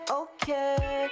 okay